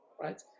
right